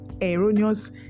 erroneous